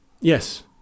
Yes